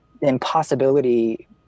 impossibility